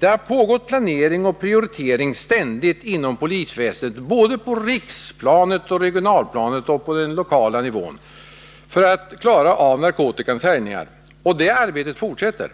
Det har ständigt pågått planering och prioritering inom polisväsendet såväl på riksplanet som på regional och kommunal nivå för att man skall kunna motverka narkotikans härjningar. Och det arbetet fortsätter.